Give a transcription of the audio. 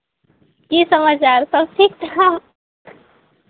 की समाचारसभ ठीक ठाक